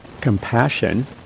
compassion